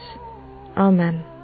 Amen